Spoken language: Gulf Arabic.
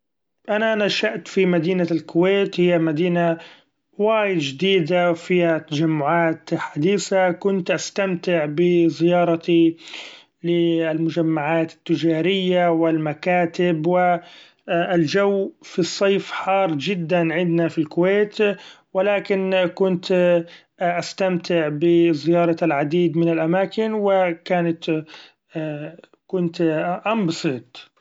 أنا نشأت في مدينة الكويت ، هي مدينة وايد جديدة فيها تجمعات حديثة ، كنت استمتع بزيارتي للمجمعات التجارية و المكاتب ، و الجو في الصيف حار جدا عدنا في الكويت ، و لكن كنت استمتع بزيارة العديد من الأماكن و كانت كنت انبسط.